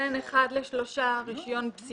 בין מיליון לשלושה מיליון, רישיון בסיסי.